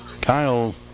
kyle